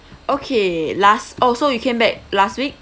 okay last oh so you came back last week